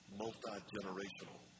multi-generational